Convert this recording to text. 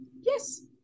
yes